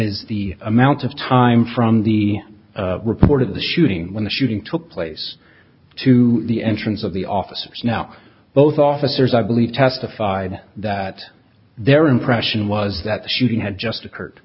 is the amount of time from the report of the shooting when the shooting took place to the entrance of the officers now both officers i believe testified that their impression was that the shooting had just